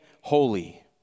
holy